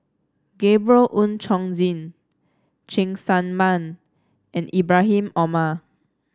Gabriel Oon Chong Jin Cheng Tsang Man and Ibrahim Omar